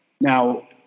Now